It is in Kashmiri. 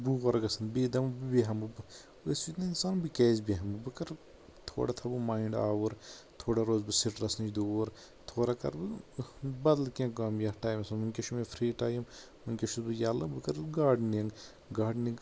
وُہ ور گژھان بیٚیہِ دپان بہٕ بیہمہٕ أتھۍ سۭتۍ چھُ انسان بہٕ کیٛازِ بیہمہٕ بہٕ کرٕ تھوڑا تھاوو ماینٛڈ آوُر تھوڑا روزٕ بہٕ سٕٹرس نِش دوٗر تھوڑا کرٕ بہٕ بدل کینٛہہ کٲم یتھ ٹایمس منٛز وٕنکیٚس چھُ مےٚ فری ٹایِم وٕنکیٚس چھُس بہٕ ییٚلہٕ بہٕ کرٕ گاڈننٛگ گاڈننٛگ